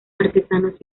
artesanos